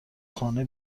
خانه